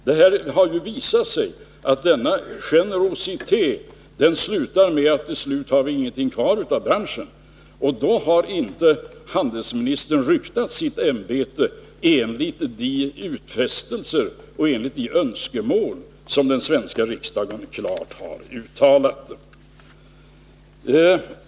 Det har ju visat sig att denna generositet leder till att vi till slut inte har någonting kvar av branschen, och då har inte handelsministern ryktat sitt värv enligt gjorda utfästelser och enligt de önskemål som den svenska riksdagen klart har uttalat.